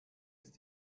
ist